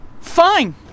Fine